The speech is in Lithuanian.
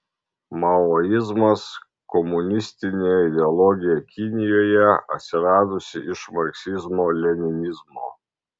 maoizmas komunistinė ideologija kinijoje atsiradusi iš marksizmo leninizmo